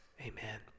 Amen